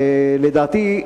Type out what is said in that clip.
לדעתי,